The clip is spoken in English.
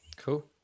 Cool